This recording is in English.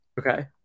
Okay